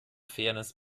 fairness